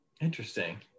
Interesting